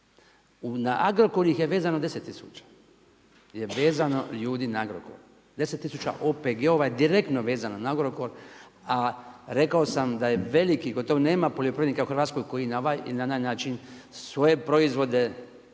Na Agrokor ih je vezano 10000, je vezano ljudi na Agrokor, 10000 OPG-ova je direktno vezano na Agrokor. A rekao sam da je veliki, gotovo nema poljoprivrednika u Hrvatskoj koji na ovaj ili na onaj način svoje proizvode